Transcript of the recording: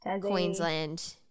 Queensland